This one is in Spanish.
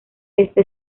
este